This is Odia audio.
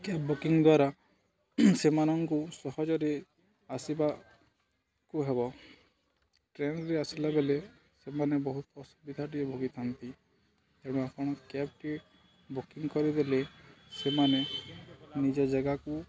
କ୍ୟାବ୍ ବୁକିଂ ଦ୍ୱାରା ସେମାନଙ୍କୁ ସହଜରେ ଆସିବାକୁ ହେବ ଟ୍ରେନ୍ରେ ଆସିଲା ବେଳେ ସେମାନେ ବହୁତ ଅସୁବିଧାଟିଏ ଭୋଗିଥାନ୍ତି ତେଣୁ ଆପଣ କ୍ୟାବ୍ଟି ବୁକିଂ କରିଦେଲେ ସେମାନେ ନିଜ ଜାଗାକୁ